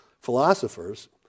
philosophers